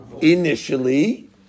initially